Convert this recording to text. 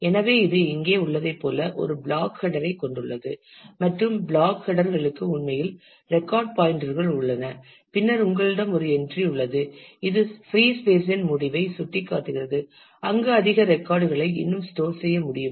எனவே இது இங்கே உள்ளதைப் போல ஒரு பிளாக் ஹெடர் ஐ கொண்டுள்ளது மற்றும் பிளாக் ஹெடர் களுக்கு உண்மையில் ரெக்கார்ட் பாயின்டர் கள் உள்ளன பின்னர் உங்களிடம் ஒரு என்றி உள்ளது இது பிரீ ஸ்பேஸ் இன் முடிவை சுட்டிக்காட்டுகிறது அங்கு அதிக ரெக்கார்ட் களை இன்னும் ஸ்டோர் செய்ய முடியும்